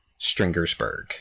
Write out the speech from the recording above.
Stringersburg